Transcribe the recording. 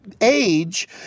age